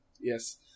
yes